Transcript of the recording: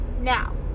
now